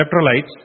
electrolytes